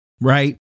right